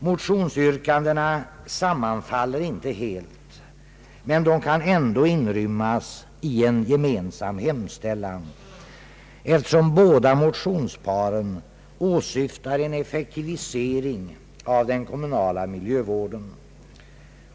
Motionsyrkandena sammanfaller inte helt men kan ändå inrymmas i en gemensam hemställan, eftersom båda motionsparen åsyftar en effektivisering av den kommunala miljövården.